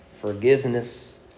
forgiveness